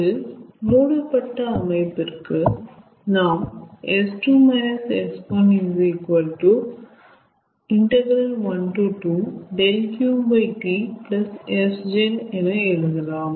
ஒரு மூடப்பட்ட அமைப்பிற்கு நாம் 𝑆2 − 𝑆1 ∫12 𝛿𝑄T 𝑆gen என எழுதலாம்